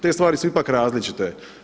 Te stvari su ipak različite.